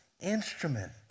instrument